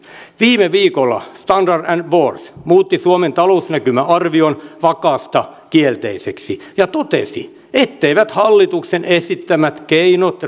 viime viikolla standard poors muutti suomen talousnäkymäarvion vakaasta kielteiseksi ja totesi etteivät hallituksen esittämät keinot